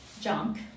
junk